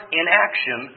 inaction